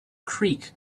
creek